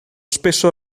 spesso